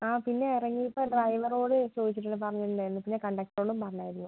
ആ പിന്നെ ഇറങ്ങിയപ്പോൾ ഡ്രൈവറോട് ചോദിച്ചിട്ടുണ്ട് പറഞ്ഞിട്ടുണ്ടായിരുന്നു പിന്നെ കണ്ടക്ടറോടും പറഞ്ഞായിരുന്നു